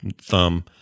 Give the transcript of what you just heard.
thumb